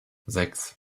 sechs